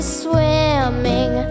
swimming